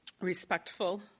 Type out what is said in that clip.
respectful